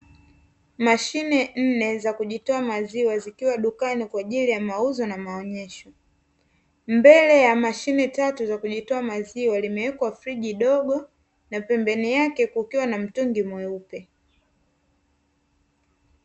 Mashine nne za kujitoa maziwa zikiwa dukani kwa ajili ya mauzo na maonyesho mbele ya mashine tatu za kujitoa maziwa limewekwa friji dogo na pembeni yake kukiwa na mtungi mweupe